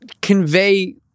convey